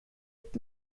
upp